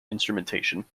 instrumentation